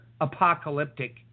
apocalyptic